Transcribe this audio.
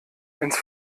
ins